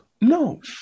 No